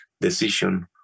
decision